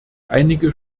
einige